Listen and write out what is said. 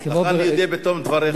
לך אני אודה בתום דבריך.